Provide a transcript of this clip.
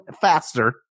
faster